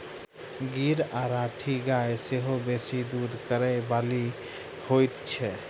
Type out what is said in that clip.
गीर आ राठी गाय सेहो बेसी दूध करय बाली होइत छै